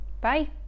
Bye